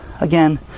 Again